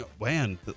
man